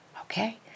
okay